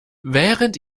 während